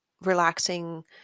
relaxing